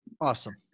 Awesome